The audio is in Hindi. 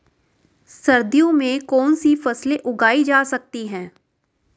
सर्दियों में कौनसी फसलें उगाई जा सकती हैं?